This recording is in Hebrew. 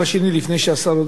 לפני שהשר ישיב,